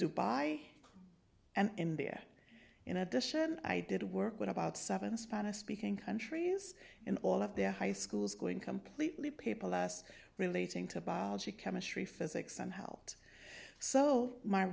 dubai and india in addition i did work with about seven spanish speaking countries in all of their high schools going completely paper last relating to biology chemistry physics and helped so my